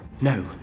No